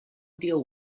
deal